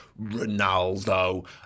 Ronaldo